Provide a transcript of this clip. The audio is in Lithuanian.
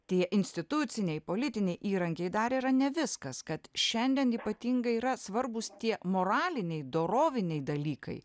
tie instituciniai politiniai įrankiai dar yra ne viskas kad šiandien ypatingai yra svarbūs tie moraliniai doroviniai dalykai